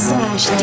Slash